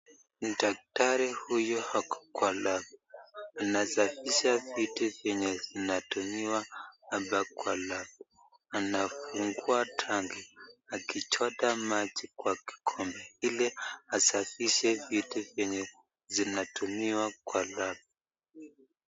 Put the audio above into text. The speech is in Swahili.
Daktari huyu ako kwa lab anasafisha vitu vyenye vinavyotumiwa hapa kwa lab anafungua tangi akichota maji kwa kikombe ili asafishe vitu zenye vinanatumiwa kwa lab.